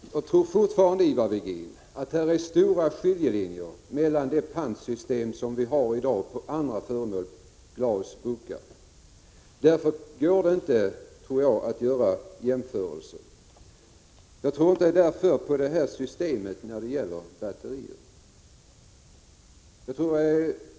Herr talman! Jag tror fortfarande, Ivar Virgin, att här föreligger stora skiljelinjer mellan det pantsystem vi har i dag för glas, burkar och andra föremål och ett pantsystem för batterier. Därför går det inte att göra jämförelser, och jag tror inte på ett pantsystem för batterier.